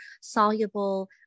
soluble